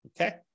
Okay